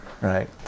right